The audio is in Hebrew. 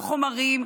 לא חומרים,